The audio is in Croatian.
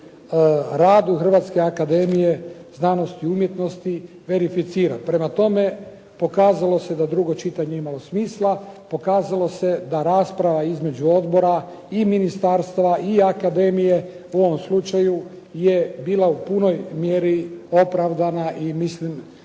radu Hrvatske akademije znanosti i umjetnosti verificira. Prema tome, pokazalo se da je drugo čitanje imalo smisla, pokazalo se da rasprava između odbora i ministarstva i akademije u ovom slučaju je bila u punoj mjeri opravdana i mislim